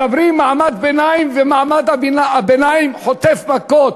מדברים על מעמד הביניים ומעמד הביניים חוטף מכות.